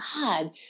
God